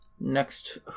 next